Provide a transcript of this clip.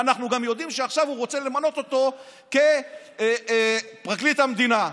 ואנחנו גם יודעים שעכשיו הוא רוצה למנות אותו כפרקליט המדינה.